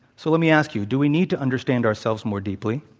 so, let me ask you do we need to understand ourselves more deeply?